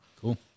cool